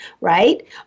Right